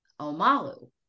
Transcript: Omalu